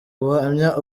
ubuhamya